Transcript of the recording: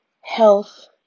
health